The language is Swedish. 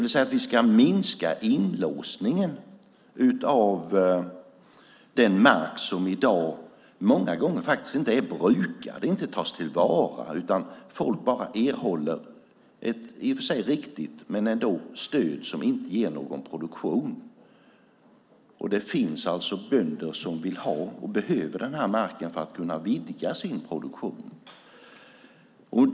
Vi ska alltså minska inlåsningen av den mark som i dag många gånger inte är brukad och inte tas till vara, där folk bara erhåller ett stöd som i och för sig är riktigt men som inte ger någon produktion. Det finns bönder som vill ha och behöver den här marken för att kunna vidga sin produktion.